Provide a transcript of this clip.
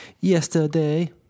Yesterday